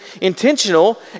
intentional